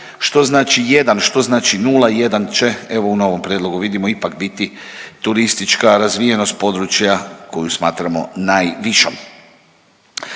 što znači jedan, što znači 01 će evo u novom prijedlogu vidimo ipak biti turistička razvijenost područja koju smatramo najvišom.